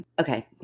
Okay